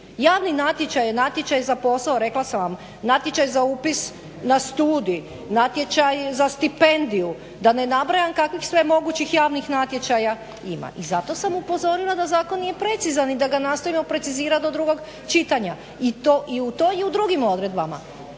Javni natječaj je natječaj za posao, natječaj za upis na studija, natječaj za stipendiju da ne nabrajam kakvih sve mogućih javnih natječaja ima i zato sam upozorila da zakon nije precizan i da ga nastojim precizirati do drugog čitanja. I u toj i u drugim odredbama.